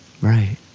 Right